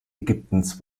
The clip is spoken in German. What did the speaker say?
ägyptens